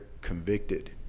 convicted